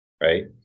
right